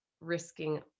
risking